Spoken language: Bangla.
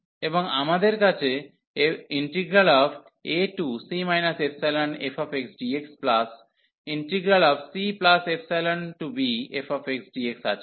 এবং আমাদের কাছে ac ϵfxdxcϵbfxdx আছে